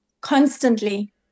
constantly